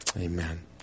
Amen